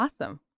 Awesome